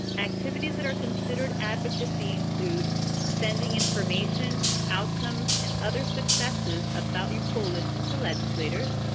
activities that are considered advocacy include sending information, outcomes, and other successes about your coalition to legislators,